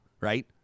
right